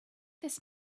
this